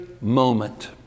moment